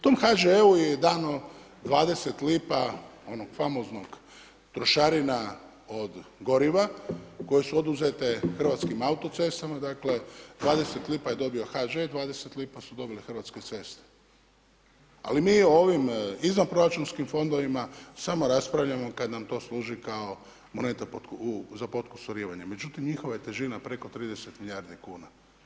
Tom HŽ-u je dano 20 lipa onog famoznog trošarina od goriva koje su oduzete Hrvatskim autocestama dakle, 20 lipa je dobio HŽ, 20 lipa su dobile Hrvatske ceste, ali mi o ovim izvanproračunskim fondovima samo raspravljamo kad nam to služi kao moneta za potkusurivanje, međutim njihova je težina preko 30 milijardi kuna.